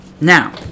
Now